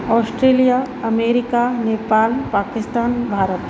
Australia America Nepal Pakistan Bharat